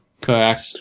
Correct